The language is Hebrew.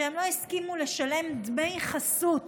הם לא הסכימו לשלם דמי חסות